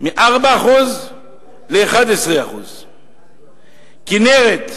מ-4% ל-11%; כינרת,